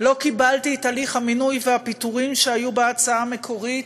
לא קיבלתי את הליך המינוי והפיטורים שהיה בהצעה המקורית,